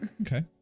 Okay